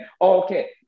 okay